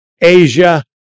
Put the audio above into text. Asia